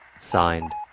Signed